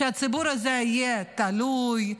שהציבור הזה יהיה תלוי,